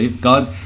God